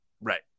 right